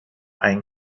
ein